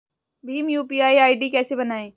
Bhim UPI ID कैसे बनाएं?